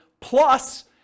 plus